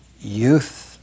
youth